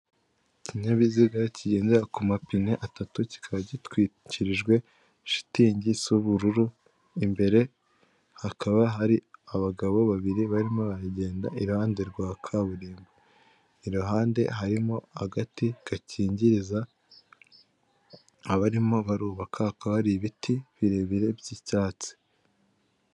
Ikinyabiziga kigendera ku mapine atatu, kikaba gitwikirijwe shitingi isa ubururu, imbere hakaba hari abagabo babiri barimo baragenda iruhande rwa kaburimbo, iruhande harimo agati gakingiriza abarimo barubaka aka ibiti birebire by'icyatsi.